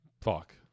Fuck